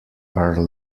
are